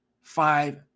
five